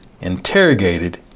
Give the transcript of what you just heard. interrogated